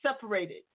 separated